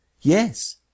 yes